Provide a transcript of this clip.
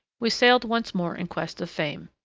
we sailed once more in quest of fame.